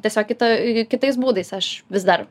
tiesiog kitą kitais būdais aš vis dar